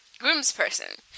groomsperson